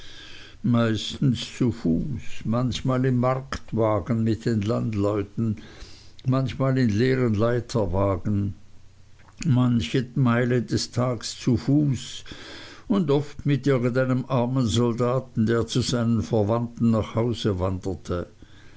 meistens zu fuß manchmal im marktwagen mit den landleuten manchmal in leeren leiterwagen manche meile des tags zu fuß und oft mit irgendeinem armen soldaten der zu seinen verwandten nach hause wanderte